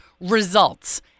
results